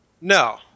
No